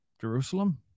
Jerusalem